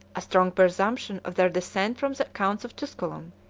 a strong presumption of their descent from the counts of tusculum,